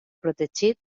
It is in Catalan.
protegit